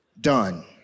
done